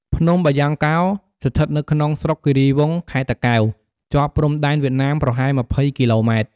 ភ្នំបាយ៉ងស្ថិតនៅក្នុងស្រុកគិរីវង់ ខេត្តតាកែវ ជាប់ព្រំដែនវៀតណាមប្រហែល ២០គីឡូម៉ែត្រ។